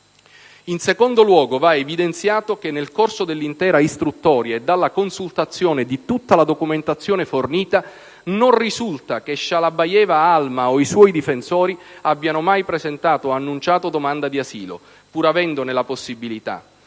In secondo luogo va evidenziato che nel corso dell'intera istruttoria e dalla consultazione di tutta la documentazione fornita non risulta che Shalabayeva Alma o i suoi difensori abbiano mai presentato o annunciato domanda di asilo, pur avendone la possibilità,